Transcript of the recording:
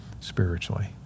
spiritually